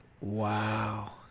wow